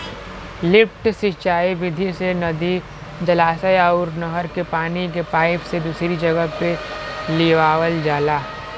lift सिंचाई विधि से नदी, जलाशय अउर नहर के पानी के पाईप से दूसरी जगह पे लियावल जाला